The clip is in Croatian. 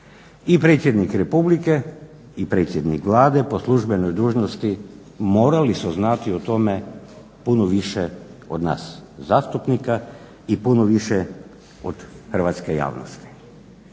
I predsjednik Republike i predsjednik Vlade po službenoj dužnosti morali su znati o tome puno više od nas zastupnika i puno više od hrvatske javnosti.